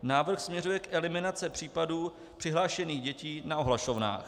Návrh směřuje k eliminaci případů přihlášených dětí na ohlašovnách.